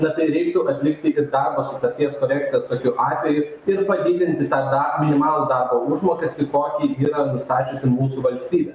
na tai reiktų atlikti kaip darbo sutarties korekcijas tokiu atveju ir padidinti tą dar minimalų darbo užmokestį kokį yra nustačiusi mūsų valstybė